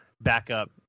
backup